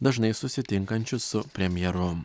dažnai susitinkančiu su premjeru